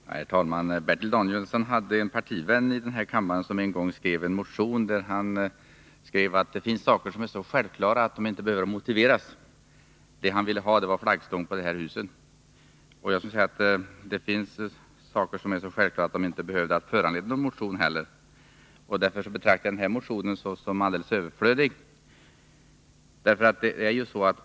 Herr talman! Bertil Danielsson hade en partivän här i kammaren som en gång skrev i en motion att vissa saker är så självklara att de inte behöver motiveras. Han ville ha en flaggstång på detta hus. Det finns också saker som är så självklara att de inte behöver föranleda någon motion. Jag betraktar denna motion som alldeles överflödig.